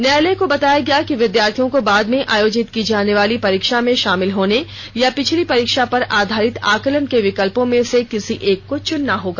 न्यायालय को बताया गया कि विद्यार्थियों को बाद में आयोजित की जाने वाली परीक्षा में शामिल होने या पिछली परीक्षा पर आधारित आकलन के विकल्पों में से किसी एक को चुनना होगा